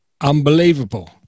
Unbelievable